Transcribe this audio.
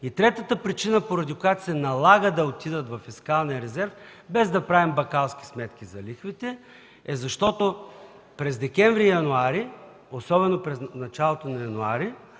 И третата причина, поради която се налага да отидат във фискалния резерв, без да правим бакалски сметки за лихвите, е защото през декември-януари, особено в началото на януари,